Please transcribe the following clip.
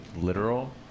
literal